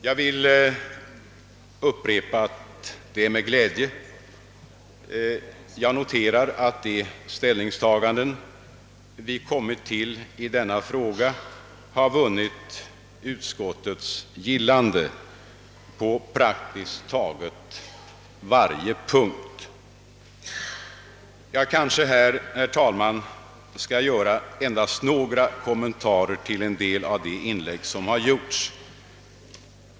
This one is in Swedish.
Jag vill upprepa att det är med glädje jag noterar, att de ställningstaganden vi kommit fram till i denna fråga vunnit utskottets gillande på praktiskt taget varje punkt. Jag skall härefter, herr talman, göra endast några kommentarer till en del av inläggen i denna debatt.